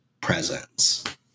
presence